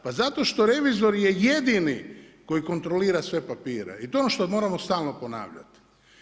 Pa zato što revizor je jedini koji kontrolira sve papire i to je ono što moramo stalno ponavljati.